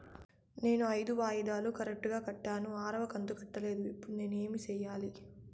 నేను ఐదు వాయిదాలు కరెక్టు గా కట్టాను, ఆరవ కంతు కట్టలేదు, ఇప్పుడు నేను ఏమి సెయ్యాలి?